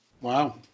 Wow